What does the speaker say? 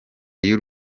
y’u